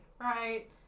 right